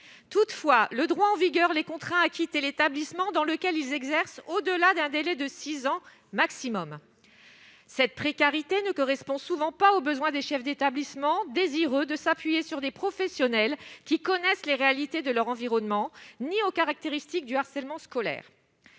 toutefois le droit en vigueur les contraint à quitter l'établissement dans lequel ils exercent au-delà d'un délai de 6 ans maximum cette précarité ne correspond souvent pas aux besoins des chefs d'établissement, désireux de s'appuyer sur des professionnels qui connaissent les réalités de leur environnement, ni aux caractéristiques du harcèlement scolaire